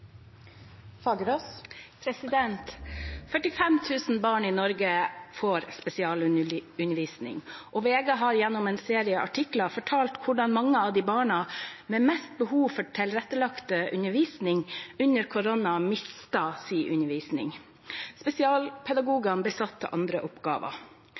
barn i Norge får spesialundervisning. VG har gjennom en serie artikler fortalt hvordan mange av barna med mest behov for tilrettelagt undervisning under koronaen mistet sin undervisning. Spesialpedagogene ble satt til andre oppgaver.